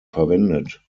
verwendet